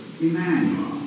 Emmanuel